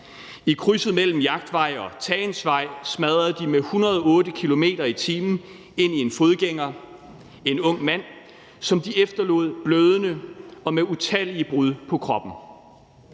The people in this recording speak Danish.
I krydset mellem Jagtvej og Tagensvej smadrede de med 108 km/t. ind i en fodgænger – en ung mand, som de efterlod blødende og med utallige brud på kroppen.